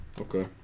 Okay